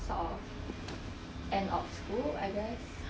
sort of end of school I guess